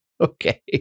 Okay